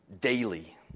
daily